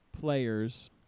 players